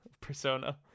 Persona